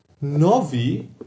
novi